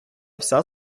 вся